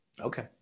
Okay